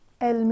El